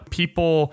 people